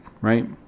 right